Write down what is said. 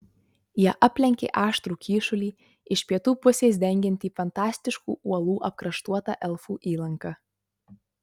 jie aplenkė aštrų kyšulį iš pietų pusės dengiantį fantastiškų uolų apkraštuotą elfų įlanką